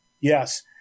Yes